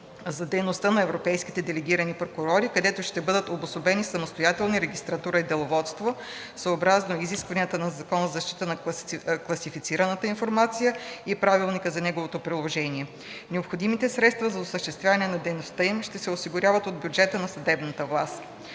за дейността на европейските делегирани прокурори, където ще бъдат обособени самостоятелни регистратура и деловодство съобразно изискванията на Закона за защита на класифицираната информация и Правилника за неговото прилагане. Необходимите средства за осъществяване на дейността им ще се осигуряват от бюджета на съдебната власт.